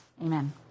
Amen